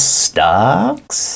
stocks